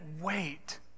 wait